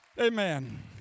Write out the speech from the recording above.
Amen